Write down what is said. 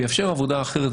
זה יאפשר עבודה אחרת.